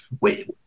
wait